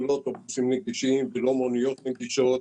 אוטובוסים נגישים וגם לא מוניות נגישות.